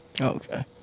Okay